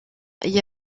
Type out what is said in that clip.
est